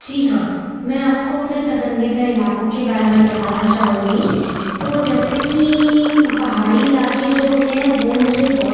जी हाँ मैं आपको अपने पसंदीदा इलाकों के बारे में बताना चाहूँगी तो जैसे कि पहाड़ी इलाके जो होते हैं वो मुझे बहुत